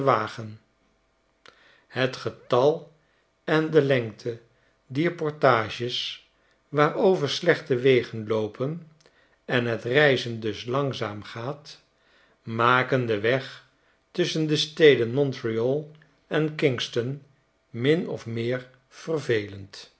het getal en de lengte dier portages warover slechte wegen loopen en het reizen dus langzaam gaat maken den weg tusschen de steden montreal en kingston min of meer vervelend